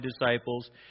disciples